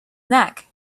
neck